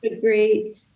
great